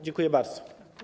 Dziękuję bardzo.